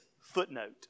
footnote